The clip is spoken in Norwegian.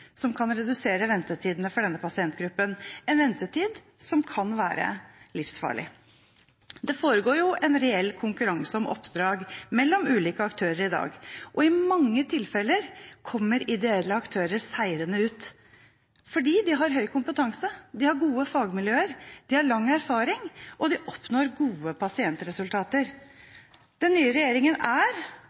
som kan redusere ventetiden for denne pasientgruppen – en ventetid som kan være livsfarlig. Det foregår jo en reell konkurranse om oppdrag mellom ulike aktører i dag, og i mange tilfeller kommer ideelle aktører seirende ut, fordi de har høy kompetanse, de har gode fagmiljøer, de har lang erfaring, og de oppnår gode pasientresultater. Den nye regjeringen er